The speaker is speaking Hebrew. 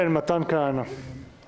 מתן כהנא, בבקשה.